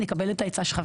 נקבל את העצה שלך,